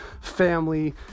family